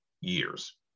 years